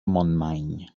montmany